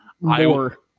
more